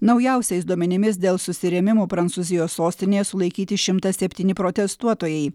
naujausiais duomenimis dėl susirėmimų prancūzijos sostinėje sulaikyti šimtas septyni protestuotojai